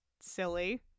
silly